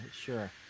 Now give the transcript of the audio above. sure